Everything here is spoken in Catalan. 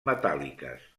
metàl·liques